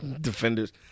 Defenders